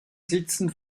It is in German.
sitzen